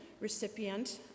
recipient